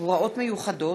(הוראות מיוחדות),